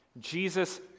Jesus